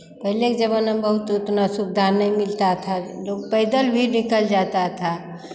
पहले के ज़माना में बहुत उतना सुविधा नहीं मिलता था लोग पैदल भी निकल जाता था